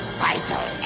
vital